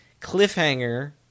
cliffhanger